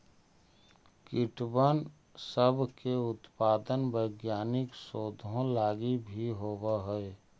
कीटबन सब के उत्पादन वैज्ञानिक शोधों लागी भी होब हई